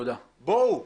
בואו.